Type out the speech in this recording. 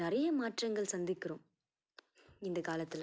நிறைய மாற்றங்கள் சந்திக்கிறோம் இந்தக்காலத்தில்